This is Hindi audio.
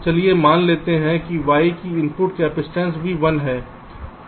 चलिए मान लेते हैं कि y की इनपुट कैपेसिटेंस भी 1 है